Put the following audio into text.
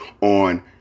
on